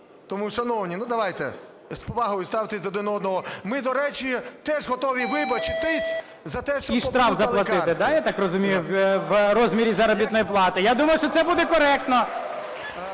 Тому, шановні, ну, давайте, з повагою ставтесь один до одного. Ми, до речі, теж готові вибачитись за те, що попутали картки. ГОЛОВУЮЧИЙ. І штраф заплатити, да, я так розумію, в розмірі заробітної плати? Я думаю, що це буде коректно.